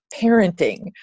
parenting